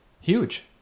huge